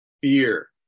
Fear